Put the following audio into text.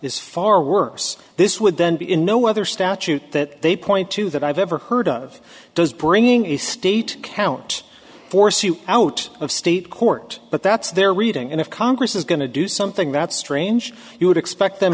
is far worse this would then be in no other statute that they point to that i've ever heard of does bringing a state count force you out of state court but that's their reading and if congress is going to do something that's strange you would expect them